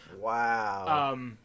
Wow